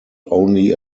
only